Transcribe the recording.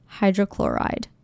hydrochloride